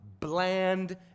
bland